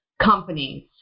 companies